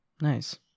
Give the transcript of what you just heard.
Nice